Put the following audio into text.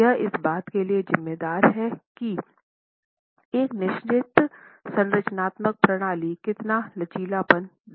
यह इस बात के लिए जिम्मेदार है कि एक निश्चित संरचनात्मक प्रणाली कितना लचीलापन दे सकती है